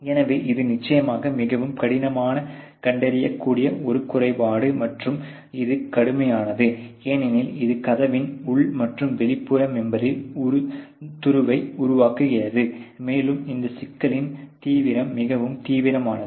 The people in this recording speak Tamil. எனவே இது நிச்சயமாக மிகவும் கடினமான கண்டறியக்கூடிய ஒரு குறைபாடு மற்றும் இது கடுமையானது ஏனெனில் இது கதவின் உள் மற்றும் வெளிப்புற மெம்பெரில் துருவை உருவாக்குகிறது மேலும் இந்த சிக்கலின் தீவிரம் மிகவும் தீவிரமானது